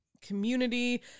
community